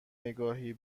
نگاهی